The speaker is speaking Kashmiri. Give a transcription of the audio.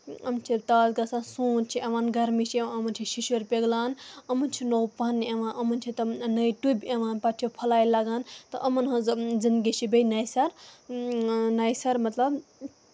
یِم چھِ تازٕ گژھان سونت چھ یِوان گرمی چھِ یِمن چھِ شِشُر پِگلان یِمن چھُ نوٚو پَن یِوان یِمن چھِ تِم نٔے ٹُبۍ یِوان پَتہٕ چھِ پھٔلاے لگان تہٕ یِمَن ہنز زِندگی چھِ بیٚیہِ نیہِ سَرٕ نیہِ سرٕ مطلب